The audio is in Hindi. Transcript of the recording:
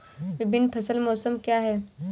विभिन्न फसल मौसम क्या हैं?